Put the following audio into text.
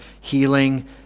healing